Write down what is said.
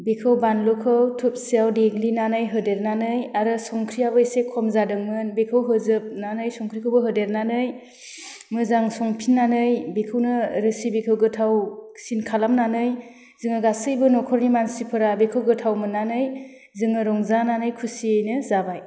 बेखौ बानलुखौ थबसियाव देग्लिनानै होदेरनानै आरो संख्रियाबो एसे खम जादोंमोन बेखौ होजोबनानै संख्रिखौबो होदेरनानै मोजां संफिन्नानै बेखौनो रेसिपिखौ गोथाव सिन खालामनानै जोङो गासैबो नखरनि मानसिफोरा बेखौ गोथाव मोन्नानै जोङो रंजानानै खुसियैनो जाबाय